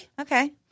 Okay